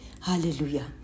hallelujah